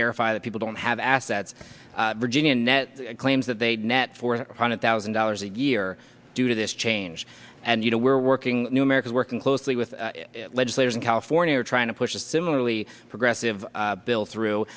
verify that people don't have assets virginia net claims that they net four hundred thousand dollars a year due to this change and you know we're working new america's working closely with legislators in california are trying to push a similarly progressive bill through